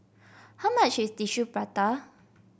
how much is Tissue Prata